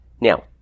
Now